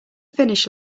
finish